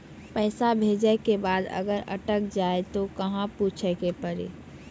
पैसा भेजै के बाद अगर अटक जाए ता कहां पूछे के पड़ी?